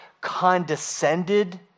condescended